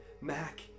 mac